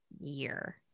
year